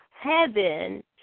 heaven